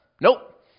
nope